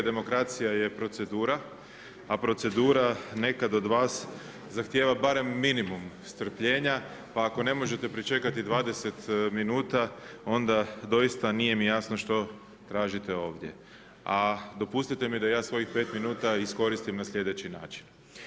Demokracija je procedura, a procedura nekad od vas zahtijeva barem minimum strpljenja, pa ako ne možete pričekati 20 minuta onda doista nije mi jasno što tražite ovdje, a dopustite mi da ja svojih pet minuta iskoristim na sljedeći način.